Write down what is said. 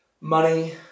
money